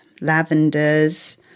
Lavenders